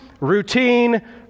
routine